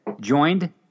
joined